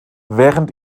während